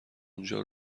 اونجا